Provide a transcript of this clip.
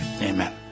Amen